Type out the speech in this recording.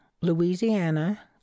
Louisiana